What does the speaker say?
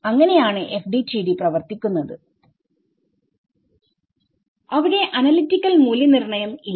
അങ്ങനെയാണ് FDTD പ്രവർത്തിക്കുന്നത് അവിടെ അനലിറ്റിക്കൽ മൂല്യനിർണ്ണയം ഇല്ല